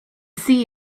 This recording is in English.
see